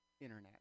internet